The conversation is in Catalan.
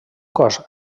cos